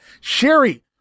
Sherry